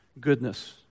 goodness